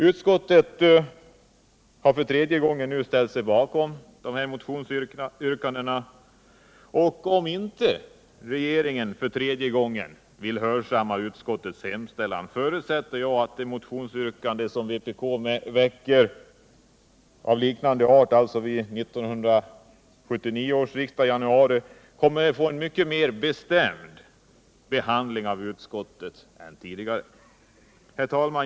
Utskottet har nu för tredje gången ställt sig bakom de här motionsyrkandena, och om regeringen inte heller den här tredje gången vill hörsamma utskottets hemställan förutsätter jag att de motionsyrkanden av liknande art som vpk kommer att lägga fram i jar uari under 1978/79 års riksdag kommer alt få en mycket mer bestämd behandling av utskottet än tidigare. Herr talman!